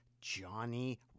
Johnny